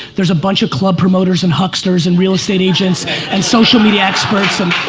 there's a bunch of club promoters and hucksters and real estate agents and social media experts and.